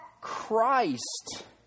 Christ